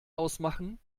ausmachen